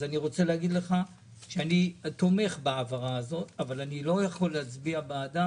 אני רוצה לומר שאני תומך בהעברה הזאת אבל אני לא יכול להצביע בעדה